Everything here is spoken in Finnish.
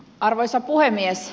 arvoisa puhemies